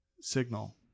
signal